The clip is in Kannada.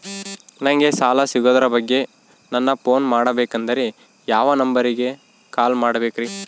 ನಂಗೆ ಸಾಲ ಸಿಗೋದರ ಬಗ್ಗೆ ನನ್ನ ಪೋನ್ ಮಾಡಬೇಕಂದರೆ ಯಾವ ನಂಬರಿಗೆ ಕಾಲ್ ಮಾಡಬೇಕ್ರಿ?